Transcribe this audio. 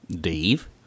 Dave